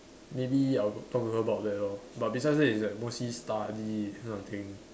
maybe I'll talk to her about that lor but besides that it's like mostly study that kind of thing